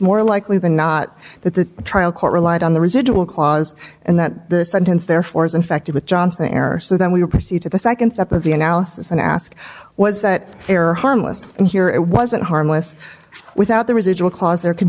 more likely than not that the trial court relied on the residual clause and that the sentence therefore is infected with johnson error so then we will proceed to the second step of the analysis and ask was that error harmless and here it wasn't harmless without the residual clause there can